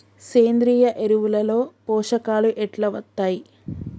సేంద్రీయ ఎరువుల లో పోషకాలు ఎట్లా వత్తయ్?